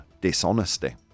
dishonesty